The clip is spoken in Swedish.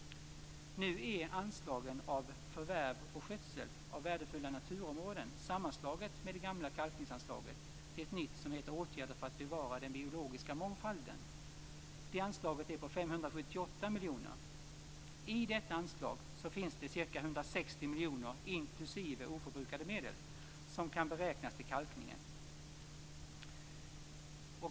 Nu är anslagen av förvärv och skötsel av värdefulla naturområden sammanslaget med det gamla kalkningsanslaget till ett nytt som heter Åtgärder för att bevara den biologiska mångfalden. Anslaget är på ca 578 miljoner. I detta anslag finns ca 160 miljoner inklusive oförbrukade medel som kan beräknas till kalkningen.